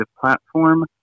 platform